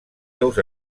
seus